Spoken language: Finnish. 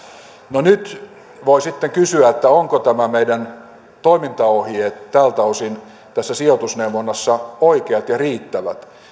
no nyt voi sitten kysyä ovatko nämä meidän toimintaohjeet tältä osin tässä sijoitusneuvonnassa oikeat ja riittävät